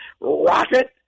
rocket